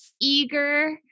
eager